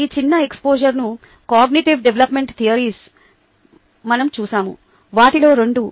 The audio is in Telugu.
ఈ చిన్న ఎక్స్పోజర్లో కాగ్నిటివ్ డెవలప్మెంట్ థియరీస్ మనం చూశాము వాటిలో రెండు